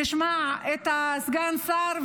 נשמע את סגן השר,